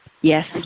Yes